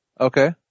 Okay